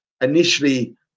initially